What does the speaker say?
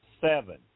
seven